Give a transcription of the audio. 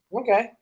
Okay